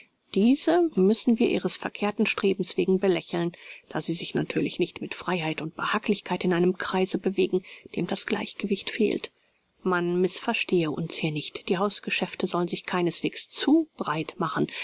diese müssen wir ihres verkehrten strebens wegen belächeln da sie sich natürlich nicht mit freiheit und behaglichkeit in einem kreise bewegen dem das gleichgewicht fehlt man mißverstehe uns hier nicht die hausgeschäfte sollen sich keineswegs zu breit machen